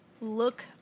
look